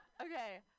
Okay